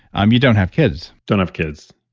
um you don't have kids don't have kids.